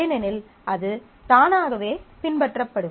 ஏனெனில் அது தானாகவே பின்பற்றப்படும்